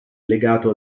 legato